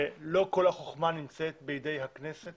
לא כל החוכמה נמצאת בידי הכנסת